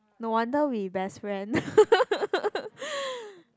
no wonder we best friend